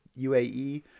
UAE